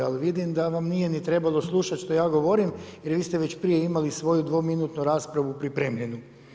Ali vidim da vam nije ni trebalo slušat što ja govorim, jer vi ste već prije imali svoju dvominutnu raspravu pripremljenu.